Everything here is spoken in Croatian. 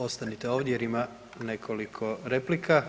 Ostanite ovdje jer ima nekoliko replika.